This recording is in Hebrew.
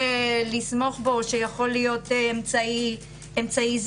לסמוך בו או שיכול להיות אמצעי זיהוי.